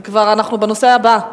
אנחנו כבר בנושא הבא.